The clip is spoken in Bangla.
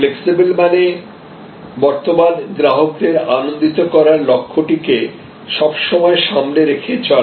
ফ্লেক্সিবেল মানে বর্তমান গ্রাহকদের আনন্দিত করার লক্ষটিকে সব সময় সামনে রেখে চলা